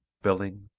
billing,